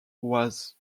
was